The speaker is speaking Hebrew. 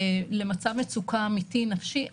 למצב מצוקה אמיתי נפשי,